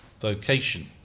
vocation